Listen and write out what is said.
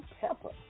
Pepper